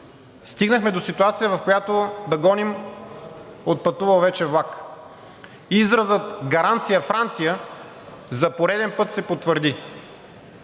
стигнахме до ситуация, в която да гоним отпътувал вече влак. Изразът „гаранция Франция“ за поред път се потвърди.